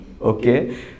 Okay